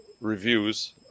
reviews